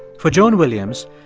for joan williams,